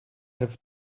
have